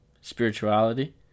spirituality